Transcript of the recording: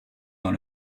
dans